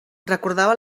recordava